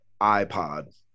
ipod